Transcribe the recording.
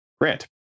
Grant